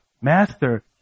master